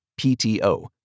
PTO